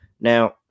Now